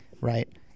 right